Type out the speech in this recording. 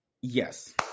Yes